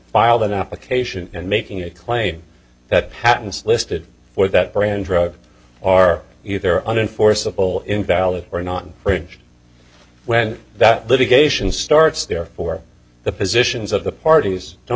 filed an application and making a claim that patents listed for that brand drug are either unenforceable invalid or not infringed when that litigation starts therefore the positions of the parties don't